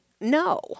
no